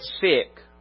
sick